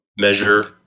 measure